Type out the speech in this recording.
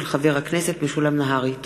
חבר הכנסת משולם נהרי בנושא: חינוך יהודי בגולה.